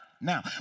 Now